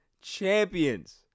Champions